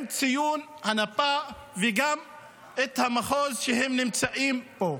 עם ציון הנפה וגם המחוז שהם נמצאים בו.